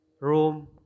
Room